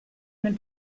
nel